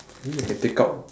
maybe I can take out